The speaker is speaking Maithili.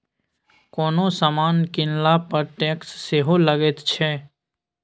कोनो समान कीनला पर टैक्स सेहो लगैत छै